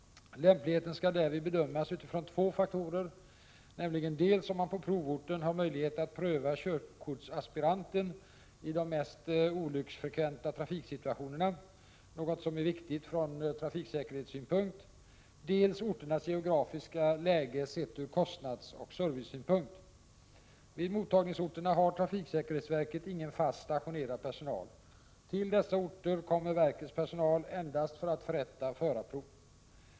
Lämpligheten skall därvid bedömas utifrån två faktorer nämligen, dels om man på provorten har möjlighet att pröva körkortsaspiranten i de mest olycksfrekventa trafiksituationerna, något som är viktigt från trafiksäkerhetssynpunkt, dels orternas geografiska läge sett från kostnadsoch servicesynpunkt. Vid mottagningsorterna har trafiksäkerhetsverket ingen fast stationerad personal. Till dessa orter kommer verkets personal endast för att förrätta förarprov.